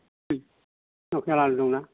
उम लकेल आलु दंना